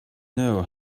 know